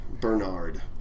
Bernard